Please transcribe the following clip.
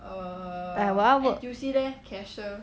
!aiya! 我要 work